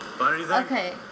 Okay